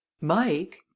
Mike